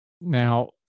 Now